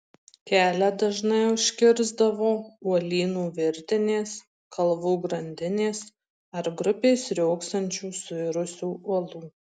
kelią dažnai užkirsdavo uolynų virtinės kalvų grandinės ar grupės riogsančių suirusių uolų